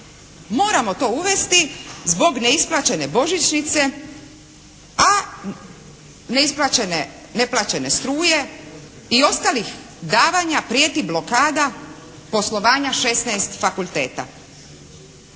«Moramo to uvesti zbog neisplaćene božićnice, a neisplaćene neplaćene struje i ostalih davanja prijeti blokada poslovanja 16 fakulteta.»